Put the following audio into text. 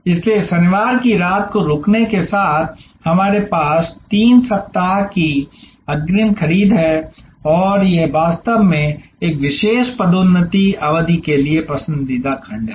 इसलिए शनिवार की रात को रुकने के साथ हमारे पास तीन सप्ताह की अग्रिम खरीद है और यह वास्तव में एक विशेष पदोन्नति अवधि के लिए एक पसंदीदा खंड है